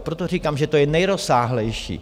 Proto říkám, že to je nejrozsáhlejší.